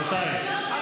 רבותיי.